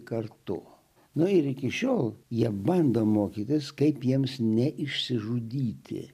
kartu nu ir iki šiol jie bando mokytis kaip jiems ne išsižudyti